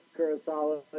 Kurosawa